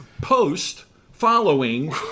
post-following